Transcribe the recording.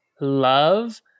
love